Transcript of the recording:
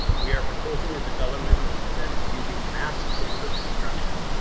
we are proposing a development that is using mass timber construction,